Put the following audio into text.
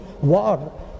war